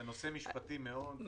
זה נושא מאוד מאוד משפטי.